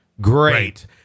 great